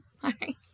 Sorry